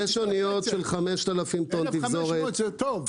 אבל 1,500 זה טוב.